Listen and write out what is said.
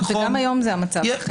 גם היום זה המצב.